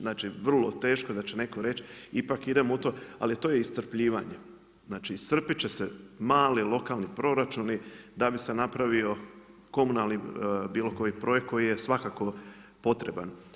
Znači vrlo teško da će neko reći ipak idem u to, ali to je iscrpljivanje, znači iscrpit će se mali lokalni proračuni da bi se napravio komunalni bilo koji projekt koji je svakako potreban.